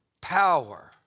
power